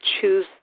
choose